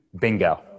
Bingo